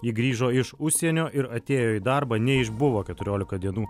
ji grįžo iš užsienio ir atėjo į darbą neišbuvo keturiolika dienų